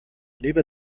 lebe